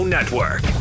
Network